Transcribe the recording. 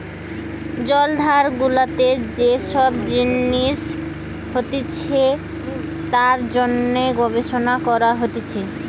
জলাধার গুলাতে যে সব জিনিস হতিছে তার জন্যে গবেষণা করা হতিছে